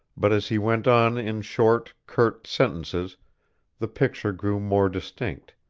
but as he went on in short, curt sentences the picture grew more distinct,